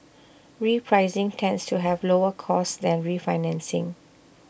repricing tends to have lower costs than refinancing